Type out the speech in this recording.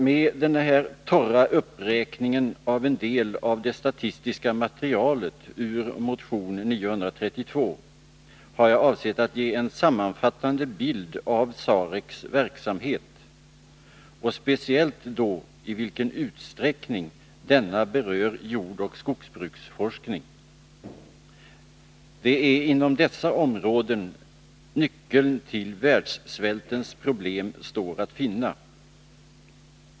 Med den här torra uppräkningen av en del av det statistiska materialet ur motion 932 har jag avsett att ge en sammanfattande bild av SAREC:s verksamhet, speciellt då i vilken utsträckning denna berör jordoch skogsbruksforskning. Det är inom dessa områden nyckeln till världssvältens problem går att finna.